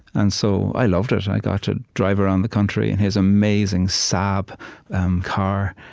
and so i loved it. i got to drive around the country in his amazing saab car,